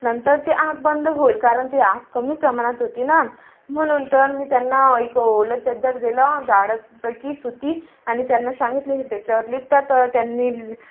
नंतर ते आग बंद होईल कारण ते आग कमी प्रमाणात होती ना म्हणून तर मी त्यांना एक ओलं चादर दिलं जाडपैकी सुती आणि त्यांना सांगितलं ही त्याच्यावर लपेटा तर त्यांनी